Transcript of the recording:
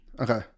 Okay